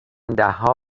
دهها